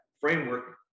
framework